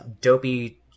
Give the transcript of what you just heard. dopey